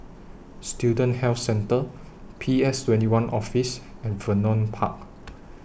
Student Health Centre P S twenty one Office and Vernon Park